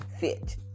Fit